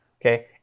okay